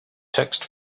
text